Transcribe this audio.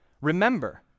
remember